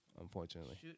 Unfortunately